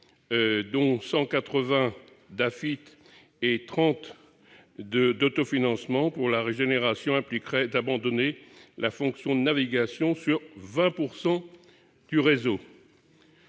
et 30 millions d'euros d'autofinancement pour la régénération, impliquerait d'abandonner la fonction navigation sur 20 % du réseau.